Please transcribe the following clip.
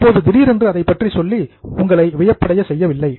இப்போது திடீரென்று அதைப் பற்றி சொல்லி உங்களை வியப்படைய செய்யவில்லை